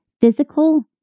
physical